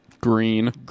Green